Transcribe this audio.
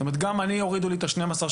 זאת אומרת, גם אני יורידו לי את ה-12 שקלים